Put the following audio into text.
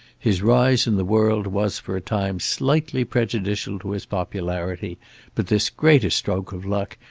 his rise in the world was for a time slightly prejudicial to his popularity but this greater stroke of luck,